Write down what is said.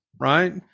right